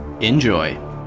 Enjoy